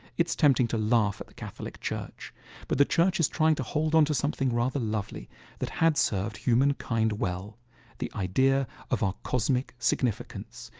it's tempting to laugh at the catholic church but the church is trying to hold on to something rather lovely that had served humankind well the idea of our cosmic significance.